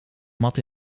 mat